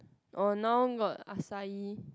orh now got acai